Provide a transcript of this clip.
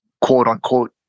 quote-unquote